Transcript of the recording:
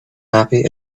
happy